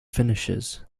finishes